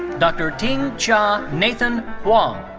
dr. ting-chia nathan huang.